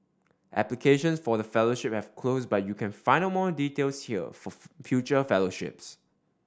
applications for the fellowship have closed but you can find out more details here for future fellowships